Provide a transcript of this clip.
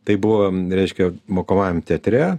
tai buvo reiškia mokomajam teatre